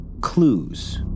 clues